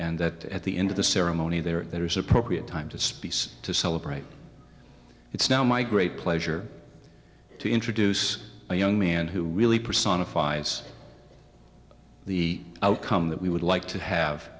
and that at the end of the ceremony there is appropriate time to speak to celebrate it's now my great pleasure to introduce a young man who really personifies the outcome that we would like to have